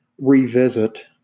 revisit